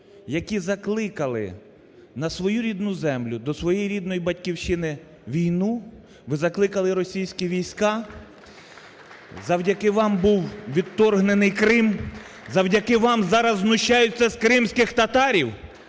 які закликали на свою рідну землю, до своєї рідної Батьківщини війну, ви закликали російські війська. Завдяки вам був відторгнений Крим. Завдяки вам зараз знущаються з кримських татарів!